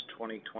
2020